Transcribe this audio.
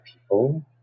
people